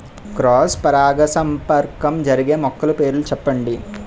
Cross పరాగసంపర్కం జరిగే మొక్కల పేర్లు చెప్పండి?